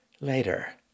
later